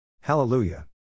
Hallelujah